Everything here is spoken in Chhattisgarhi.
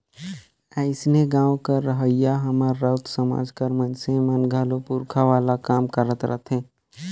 अइसने गाँव कर रहोइया हमर राउत समाज कर मइनसे मन घलो पूरखा वाला काम करत रहथें